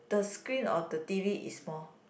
the screen of the T_V is small